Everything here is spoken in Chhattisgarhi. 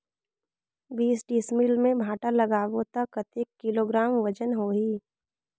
बीस डिसमिल मे भांटा लगाबो ता कतेक किलोग्राम वजन होही?